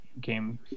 game